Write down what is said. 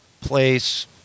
place